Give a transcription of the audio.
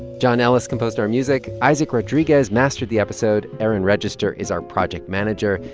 john ellis composed our music. isaac rodriguez mastered the episode. erin register is our project manager.